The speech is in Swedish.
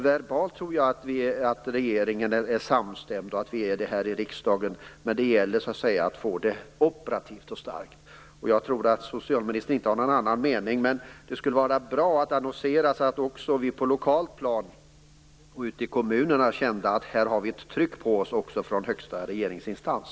Verbalt tror jag att regeringen är samstämd, och att vi är det här i riksdagen. Men det gäller att få det operativt så starkt som möjligt. Jag tror att socialministern inte har någon annan mening. Det vore bra om det annonserades att också vi på lokalt plan ute i kommunerna kände att vi hade ett tryck på oss från högsta regeringsinstans.